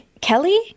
Kelly